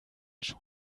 schon